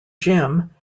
jim